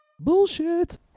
Bullshit